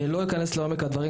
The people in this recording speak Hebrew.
לא אכנס לעומק הדברים,